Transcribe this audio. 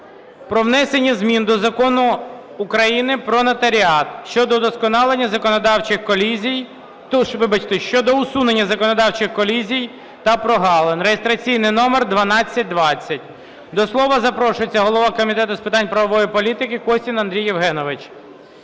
про внесення змін до Закону України "Про нотаріат" (щодо усунення законодавчих колізій та прогалин) (реєстраційний номер 1220). До слова запрошується голова Комітету з питань правової політики Костін Андрій Євгенович.